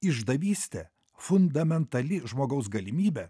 išdavystė fundamentali žmogaus galimybė